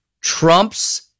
Trump's